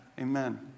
Amen